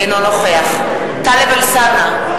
אינו נוכח טלב אלסאנע,